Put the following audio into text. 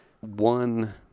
one